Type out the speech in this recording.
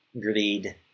greed